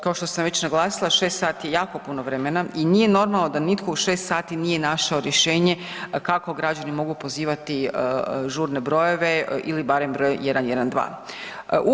Kao što sam već naglasila, 6 sati je jako puno vremena i nije normalno da nitko u 6 sati nije našao rješenje kako građani mogu pozivati žurne brojeve ili barem broj 112.